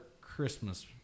Christmas